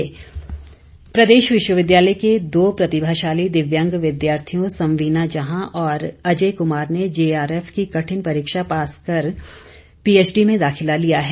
दिव्यांग विद्यार्थी प्रदेश विश्वविद्यालय के दो प्रतिभाशाली दिव्यांग विद्यार्थियों संवीना जहां और अजय कमार ने जे आर एफ की कठिन परीक्षा पाास कर पीएचडी में दाखिला लिया है